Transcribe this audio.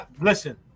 Listen